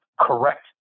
correct